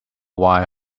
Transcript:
why